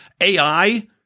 AI